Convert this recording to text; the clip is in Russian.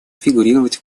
фигурировать